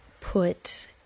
put